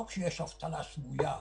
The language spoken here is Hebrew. לא כשיש להם אבטלה סמויה,